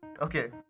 Okay